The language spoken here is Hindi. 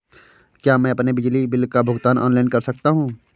क्या मैं अपने बिजली बिल का भुगतान ऑनलाइन कर सकता हूँ?